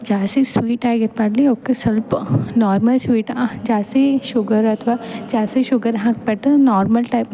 ಜಾಸ್ತಿ ಸ್ವೀಟಾಗಿ ಇರಬಾಡ್ಲಿ ಒಕೆ ಸ್ವಲ್ಪ ನಾರ್ಮಲ್ ಸ್ವೀಟ್ ಜಾಸ್ತಿ ಶುಗರ್ ಅಥ್ವ ಜಾಸ್ತಿ ಶುಗರ್ ಹಾಕಬಾಡ್ದು ನಾರ್ಮಲ್ ಟೈಪ್